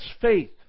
faith